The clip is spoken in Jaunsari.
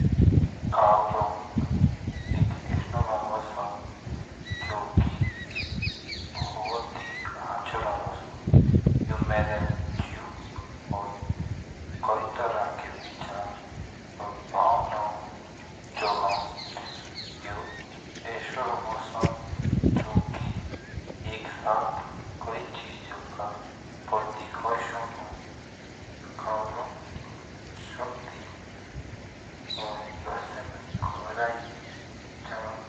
कऊ रंग एक रंग ओसो जो कि भूत हे रंग आ सो जो मेरे जेउ और काए त्रा के विचार और भावना जगाओ यो एक ईसो रंग ओसो जो कि एक साथ कई रंग का प्रतीक होए सको। कऊ रंग शक्ति और रहस्यमयी करै जानो।